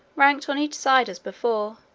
ranked on each side as before,